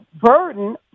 burden –